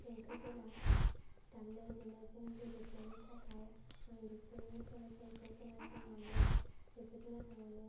देंखोफोरा दामनाय देनायजों गोरोबनायनि थाखाय आं बिसोरनि सल'फोरखौ खोनासंनानै जोबोद मोजां मोनो